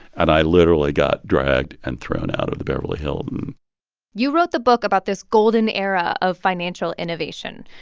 and i literally got dragged and thrown out of the beverly hilton you wrote the book about this golden era of financial innovation.